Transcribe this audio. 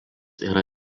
yra